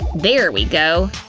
there we go!